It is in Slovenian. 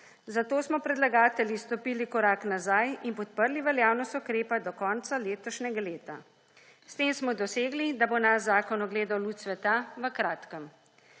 Zato smo predlagatelji stopili korak nazaj in podprli veljavnost ukrepa do konca letošnjega leta. S tem smo dosegli, da bo naš zakon ugledal luč sveta v kratkem.